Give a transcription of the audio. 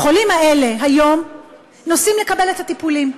החולים האלה היום נוסעים לקבל את הטיפולים.